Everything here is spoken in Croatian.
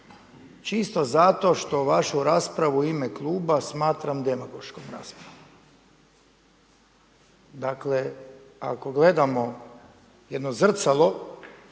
čisto zato što vašu raspravu u ime kluba smatram demagoškom raspravom. Dakle, ako gledamo jedno zrcalo,